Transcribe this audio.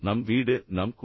நம் வீடு நம் கூடு